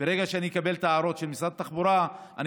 ברגע שאקבל את ההערות של משרד התחבורה אני